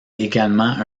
également